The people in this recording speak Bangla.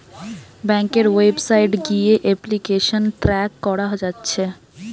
ব্যাংকের ওয়েবসাইট গিয়ে এপ্লিকেশন ট্র্যাক কোরা যাচ্ছে